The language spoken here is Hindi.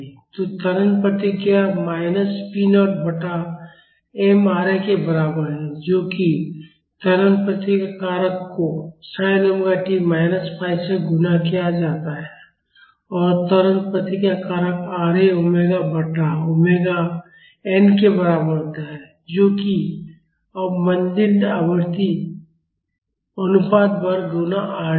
तो त्वरण प्रतिक्रिया माइनस पी नॉट बटा m Ra के बराबर है जो कि त्वरण प्रतिक्रिया कारक को sin omega t minus phi से गुणा किया जाता है और त्वरण प्रतिक्रिया कारक Ra ओमेगा बटा ओमेगा n के बराबर होता है जो कि अवमंदित आवृत्ति अनुपात वर्ग गुणा Rd है